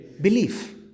belief